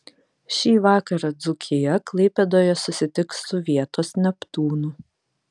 šį vakarą dzūkija klaipėdoje susitiks su vietos neptūnu